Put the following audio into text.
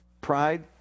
pride